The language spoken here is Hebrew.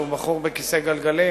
שהוא בחור בכיסא גלגלים